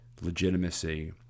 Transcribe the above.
legitimacy